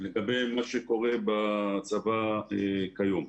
לגבי מה שקורה בצבא כיום.